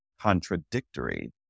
Contradictory